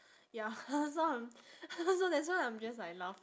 ya so I'm so that's why I'm just like laugh~